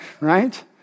right